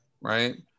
right